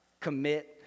Commit